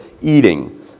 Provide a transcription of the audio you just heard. eating